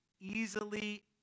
easily